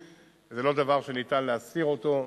זה לא דבר שניתן להסתיר אותו.